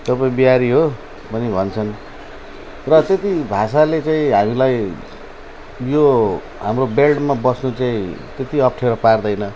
तपाईँ बिहारी हो पनि भन्छन् र त्यति भाषाले चाहिँ हामीलाई यो हाम्रो बेल्टमा बस्नु चाहिँ त्यति अप्ठ्यारो पार्दैन